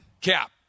Cap